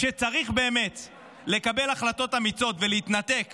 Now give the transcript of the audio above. כשצריך באמת לקבל החלטות אמיצות ולהתנתק